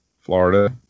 Florida